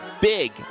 big